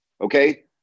Okay